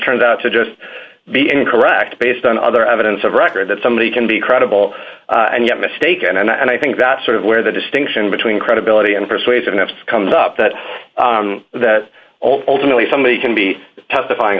turns out to just be incorrect based on other evidence of record that somebody can be credible and yet mistaken and i think that's sort of where the distinction between credibility and persuasive enough comes up that that ultimately somebody can be testifying